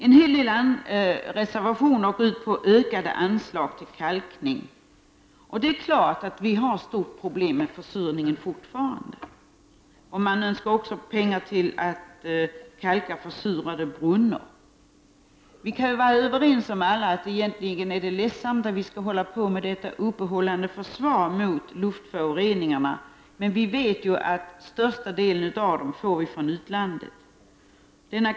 En hel del reservationer går ut på ökade anslag till kalkning, och det är klart att vi fortfarande har stora problem med försurningen. Man önskar också pengar till att kalka försurade brunnar. Vi kan väl alla vara överens om att det egentligen är ledsamt att vi skall hålla på med detta uppehållande försvar mot luftföroreningarna, men vi vet ju att största delen av dem får vi från utlandet.